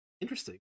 Interesting